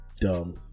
Dumb